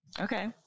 okay